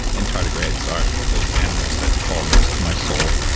and tardigrades are those animals that call most of my soul,